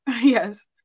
Yes